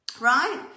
right